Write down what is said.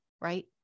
right